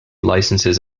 licenses